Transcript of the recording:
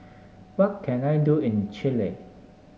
what can I do in Chile